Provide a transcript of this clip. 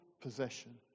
possession